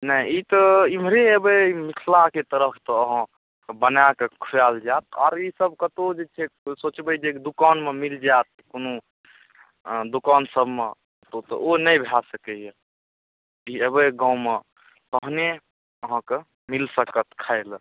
नहि ई तऽ एमहरे अएबै मिथिलाके तरफ तऽ अहाँके बनाकऽ खुआएल जाएत आओर ईसब कतहु जे छै सोचबै जे दोकानमे मिलि जाएत कोनो दोकानसबमे तऽ ओ नहि भऽ सकैए ई अएबै गाँवमे तहने अहाँके मिलि सकत खाइलए